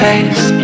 Face